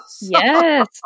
Yes